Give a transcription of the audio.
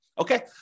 Okay